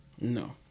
No